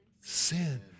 sin